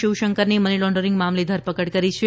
શિવશંકરની money laundering મામલે ધરપકડ કરી છે